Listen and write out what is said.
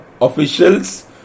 officials